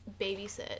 babysit